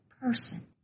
person